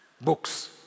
books